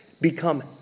become